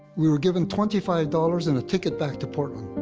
we were given twenty five dollars and a ticket back to portland,